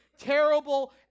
terrible